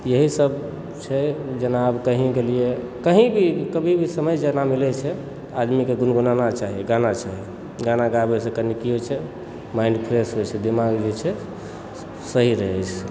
यहीसभ छै जेना आब कही गेलियै कही भी कभी भी समय जेना मिलय छै आदमी के गुनगुनाना चाही गाना चाही गाना गाबय से कनि की होइ छै माइण्ड फ्रेश होइ छै दिमाग जे छै सही रहय छै